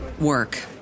work